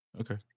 Okay